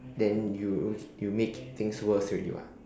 then you you make things worse already [what]